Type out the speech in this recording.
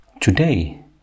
today